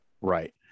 Right